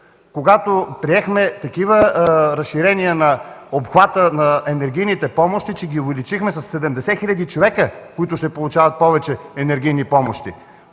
когато приехме такива разширения на обхвата на енергийните помощи – увеличихме ги със 70 хиляди човека, които ще получават повече енергийни помощи!